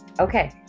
Okay